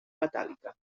metàl·lica